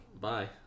Bye